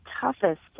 toughest